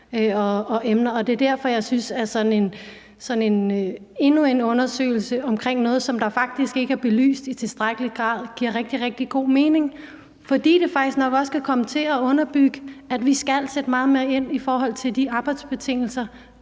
og det er derfor, jeg synes, at endnu en undersøgelse om noget, som faktisk ikke er belyst i tilstrækkelig grad, giver rigtig god mening. Det kan faktisk nok også komme til at understøtte, at vi skal sætte meget mere ind i forhold til at skabe arbejdsbetingelser,